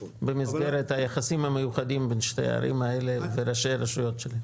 במסגרת היחסים המיוחדים בין שתי הערים האלה עם ראשי רשויות שונות.